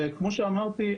וכמו שאמרתי,